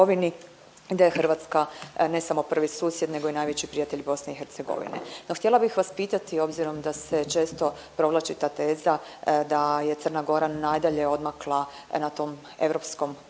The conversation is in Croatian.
Hrvatska, ne samo prvi susjed, nego i najveći prijatelj BiH. No, htjela bih vas pitati, obzirom da se često provlači ta teza, da je Crna Gora nadalje odmakla na tom europskom putu,